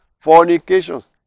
fornications